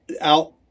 out